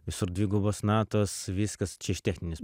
visur dvigubos natos viskas čia iš techninės